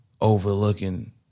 overlooking